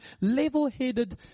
level-headed